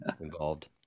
involved